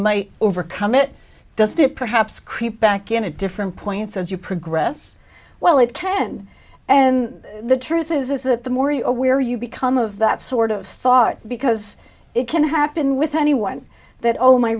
might overcome it does to perhaps creep back in a different points as you progress well it can and the truth is that the more you are aware you become of that sort of thought because it can happen with anyone that oh my